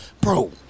bro